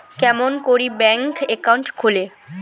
কেমন করি bank account খুলে?